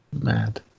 Mad